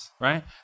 right